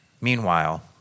Meanwhile